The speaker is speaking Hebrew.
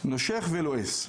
מושך ולועס,